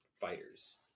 fighters